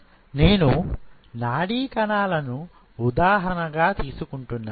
నేను నాడీ కణాలను ఉదాహరణగా తీసుకుంటున్నాను